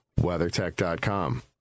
WeatherTech.com